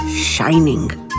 shining